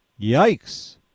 Yikes